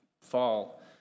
fall